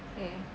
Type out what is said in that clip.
mm